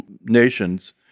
nations